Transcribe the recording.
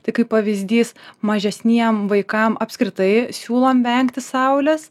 tai kaip pavyzdys mažesniem vaikam apskritai siūlom vengti saulės